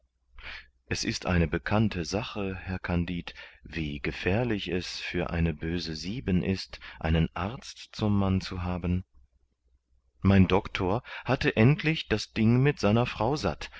es ist eine bekannte sache herr kandid wie gefährlich es für eine böse sieben ist einen arzt zum mann zu haben mein doctor hatte endlich das ding mit seiner frau satt